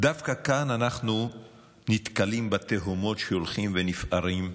דווקא כאן אנחנו נתקלים בתהומות שהולכים ונפערים.